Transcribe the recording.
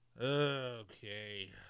Okay